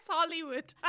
Hollywood